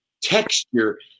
texture